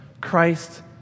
Christ